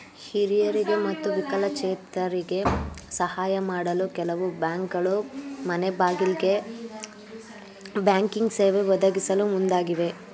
ಹಿರಿಯರಿಗೆ ಮತ್ತು ವಿಕಲಚೇತರಿಗೆ ಸಾಹಯ ಮಾಡಲು ಕೆಲವು ಬ್ಯಾಂಕ್ಗಳು ಮನೆಗ್ಬಾಗಿಲಿಗೆ ಬ್ಯಾಂಕಿಂಗ್ ಸೇವೆ ಒದಗಿಸಲು ಮುಂದಾಗಿವೆ